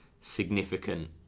significant